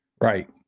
Right